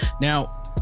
Now